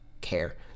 care